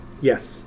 Yes